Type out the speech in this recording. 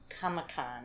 Comic-Con